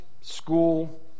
school